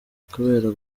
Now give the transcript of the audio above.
kubera